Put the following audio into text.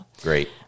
Great